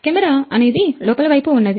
camera అనేది లోపలివైపు ఉన్నది